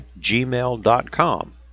gmail.com